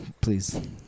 please